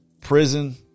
prison